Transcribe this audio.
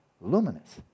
luminous